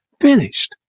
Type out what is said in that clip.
finished